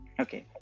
okay